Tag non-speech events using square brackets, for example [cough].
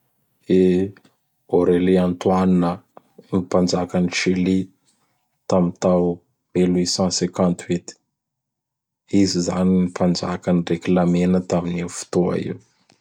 E! Aurélie Antoine a; [noise] gny Mpanjakan'i Chilie tam tao mille huit cent cinquante huit. Izy zany gn Mpanjaka gn reklamena taminio fotoa io. [noise]